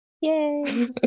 Yay